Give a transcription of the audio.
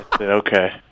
okay